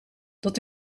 dat